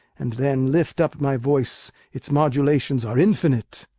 and then lift up my voice its modulations are infinite.